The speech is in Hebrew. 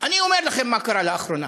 אני אומר לכם מה קרה לאחרונה: